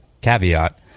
caveat